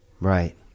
right